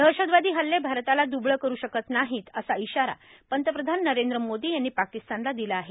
दहशतवादी हल्ले भारताला दुबळं करू शकत नाही असा इशारा पंतप्रधान नरेंद्र मोदी यांनी पाकिस्तानला दिला आहे